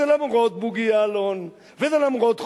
זה למרות בוגי יעלון, זה למרות חוטובלי,